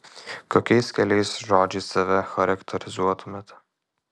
kokiais keliais žodžiais save charakterizuotumėte